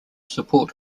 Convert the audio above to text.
support